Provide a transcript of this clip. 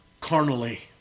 carnally